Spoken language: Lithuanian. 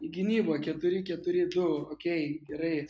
į gynybą keturi keturi du okei gerai